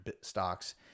stocks